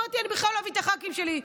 אמרתי שאני בכלל לא אביא את הח"כים שלי,